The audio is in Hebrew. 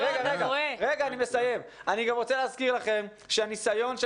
אני גם רוצה להזכיר לכם שהניסיון של